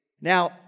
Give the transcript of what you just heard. Now